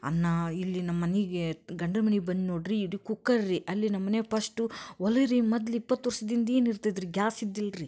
ಅನ್ನ ಇಲ್ಲಿ ನಮ್ಮ ಮನೆಗೆ ಗಂಡನ ಮನಿಗೆ ಬಂದ್ನ್ ನೋಡಿ ರೀ ಇಲ್ಲಿ ಕುಕ್ಕರ್ ರೀ ಅಲ್ಲಿ ನಮ್ಮ ಮನೆ ಪಶ್ಟು ಒಲೆ ರೀ ಮೊದ್ಲು ಇಪ್ಪತ್ತು ವರ್ಷದ ಹಿಂದೆ ಏನು ಇರ್ತಿತ್ತು ರೀ ಗ್ಯಾಸ್ ಇದ್ದಿಲ್ಲ ರೀ